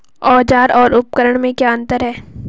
औज़ार और उपकरण में क्या अंतर है?